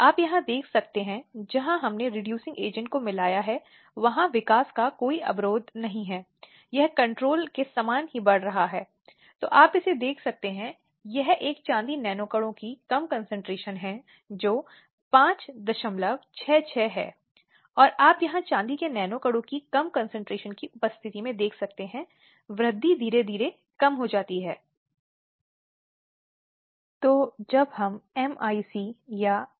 अब सामान्य मामलों में या सामान्य अपराधों में चाहे हत्या की बात हो या अपहरण के संबंध में किसी भी स्थिति में क्या आप इस प्रकार का आरोप नहीं देखते हैं